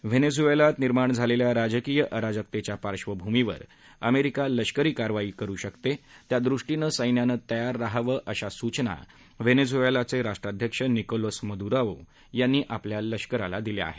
व्हेनेझुएलात निर्माण झालेल्या राजकीय अराजकतेच्या पार्बभूमीवर अमेरिका लष्करी कारवाई करू शकते त्यादृष्टीनं सैन्यानं तयार रहावं अशा सूचना व्हेनेझुएलाचे राष्ट्राध्यक्ष निकोलस मदुराओ यांनी आपल्या लष्कराला दिल्या आहेत